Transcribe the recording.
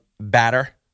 batter